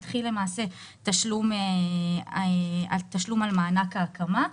מתחיל למעשה תשלום על מענק ההקמה.